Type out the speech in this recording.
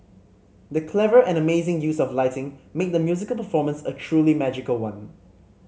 the clever and amazing use of lighting made the musical performance a truly magical one